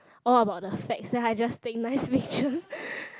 all about the facts then I just take nice pictures